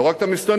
לא רק את המסתננים,